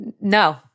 No